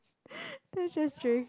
let's just drink